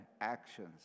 actions